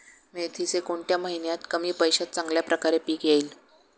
मेथीचे कोणत्या महिन्यात कमी पैशात चांगल्या प्रकारे पीक येईल?